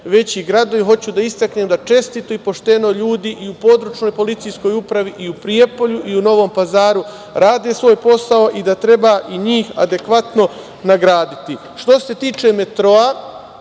veći gradovi. Hoću da istaknem da čestito i pošteno ljudi i u područnoj policijskoj upravi i u Prijepolju i u Novom Pazaru rade svoj posao i da treba i njih adekvatno nagraditi. Što se tiče metroa,